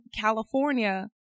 California